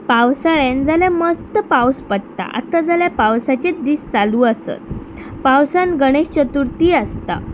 पावसाळ्यान जाल्यार मस्त पावस पडटा आतां जाल्यार पावसाचे दीस चालू आसत पावसान गणेश चतुर्थी आसता